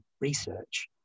research